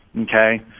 Okay